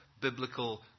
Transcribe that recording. biblical